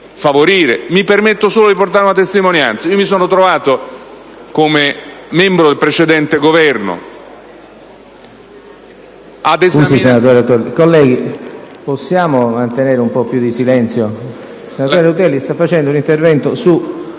Mi permetto solo di portare una testimonianza: io mi sono trovato, come membro del precedente Governo,